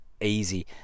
easy